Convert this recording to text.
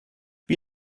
wie